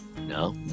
no